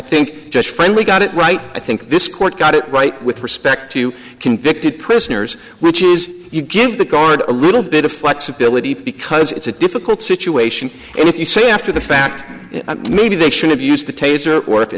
think judge finally got it right i think this court got it right with respect to convicted prisoners which is you give the guard a little bit of flexibility because it's a difficult situation if you say after the fact maybe they should have used